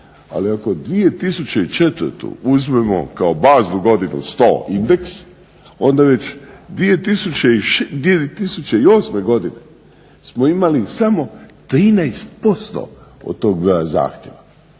Ali ako 2004. uzmemo kao baznu godinu sto indeks onda već 2008. godine smo imali samo 13% od tog broja zahtjeva.